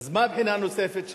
אז מה הבחינה הנוספת?